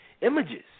images